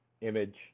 image